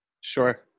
Sure